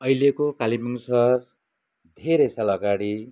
अहिलेको कालेबुङ सहर धेरै साल अगाडि